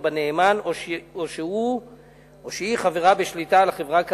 בנאמן או שהיא חברה בשליטה על החברה כאמור.